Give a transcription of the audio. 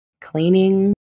cleaning